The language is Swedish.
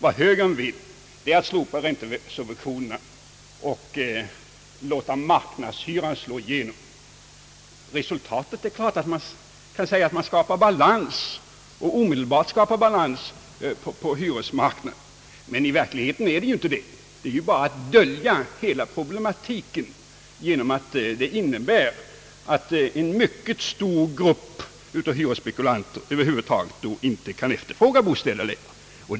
Vad högern vill är att slopa räntesubventionerna och låta marknadshyran slå igenom. Det är klart att man kan säga att därigenom skapas omedelbar balans på hyresmarknaden, men i verkligheten åstadkommer man ju inte en sådan balans. Detta är bara ett sätt att dölja hela problematiken. I själva verket betyder det att en mycket stor grupp av hyresspekulanter över huvud taget inte längre kan efterfråga bostäder.